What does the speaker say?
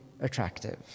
attractive